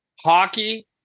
hockey